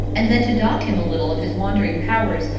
and then to dock him a little of his wandering powers,